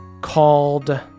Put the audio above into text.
called